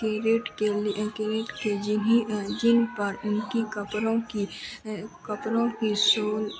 कीरिट के लिए किरिट के जिन्हीं जिन पर उनके कपड़ों की कपड़ों की शूल